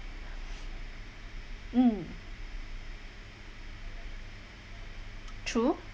mm true